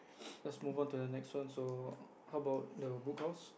let's move on to the next one so how about the Book House